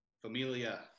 Familia